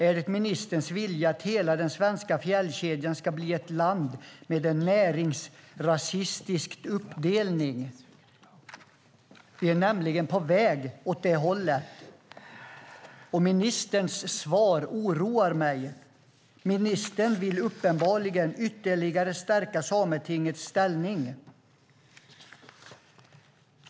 Är det ministerns vilja att hela den svenska fjällkedjan ska bli ett land med en näringsrasistisk uppdelning? Vi är nämligen på väg åt det hållet. Ministerns svar oroar mig. Ministern vill uppenbarligen ytterligare stärka Sametingets ställning.